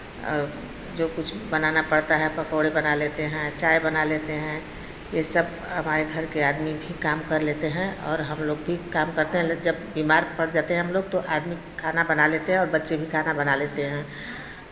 और जो कुछ बनाना पड़ता है पकोड़े बना लेते हैं चाय बना लेते है ये सब हमारे घर के आदमी भी काम कर लेते हैं और हमलोग भी काम करते हैं जब बीमार पड़ जाते हैं हमलोग तो आदमी खाना बना लेते हैं और बच्चे भी खाना बना लेते हैं